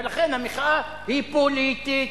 ולכן המחאה היא פוליטית.